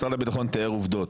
משרד הביטחון תיאר עובדות.